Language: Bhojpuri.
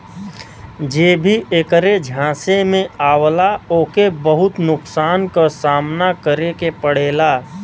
जे भी ऐकरे झांसे में आवला ओके बहुत नुकसान क सामना करे के पड़ेला